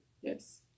yes